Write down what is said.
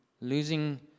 Losing